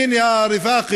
(אומר בערבית: